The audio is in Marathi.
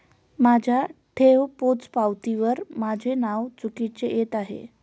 माझ्या ठेव पोचपावतीवर माझे नाव चुकीचे येत आहे